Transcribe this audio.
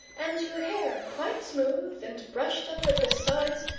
and your hair quite smooth, and brushed up at the sides,